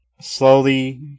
slowly